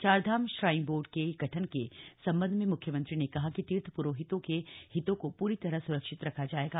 Chardham shrine board के गठन के संबंध में मुख्यमंत्री ने कहा कि तीर्थ पुरोहितों के हितों को पूरी तरह सुरक्षित रखा जायेगा